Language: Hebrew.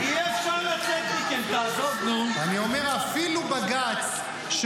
אני לא צריך.